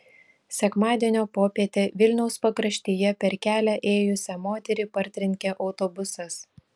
sekmadienio popietę vilniaus pakraštyje per kelią ėjusią moterį partrenkė autobusas